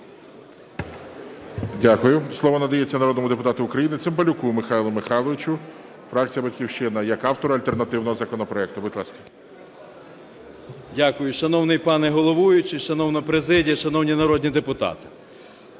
Дякую. Слово надається народному депутату України Цимбалюку Михайлу Михайловичу, фракція "Батьківщина" як автору альтернативного законопроекту. Будь ласка. 14:06:43 ЦИМБАЛЮК М.М. Дякую. Шановний пане головуючий, шановна президія, шановні народні депутати!